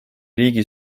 riigi